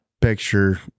picture